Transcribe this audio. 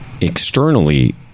externally